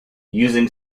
using